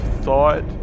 thought